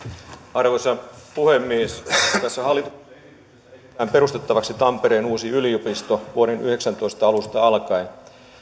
arvoisa puhemies tässä hallituksen esityksessä esitetään perustettavaksi tampereen uusi yliopisto vuoden yhdeksäntoista alusta alkaen